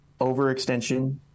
overextension